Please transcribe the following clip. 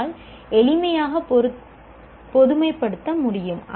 நம்மால் எளிமையாக பொதுமைப்படுத்த முடியும்